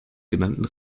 genannten